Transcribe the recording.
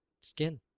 skin